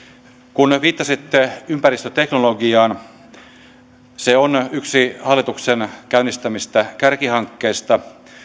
kun viittasitte ympäristöteknologiaan niin se on yksi hallituksen käynnistämistä kärkihankkeista